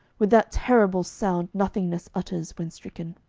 with that terrible sound nothingness utters when stricken.